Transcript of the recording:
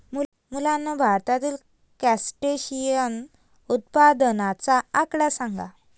मुलांनो, भारतातील क्रस्टेशियन उत्पादनाचा आकडा सांगा?